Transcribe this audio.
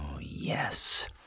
yes